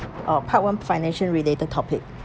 oh part one financial related topic